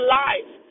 life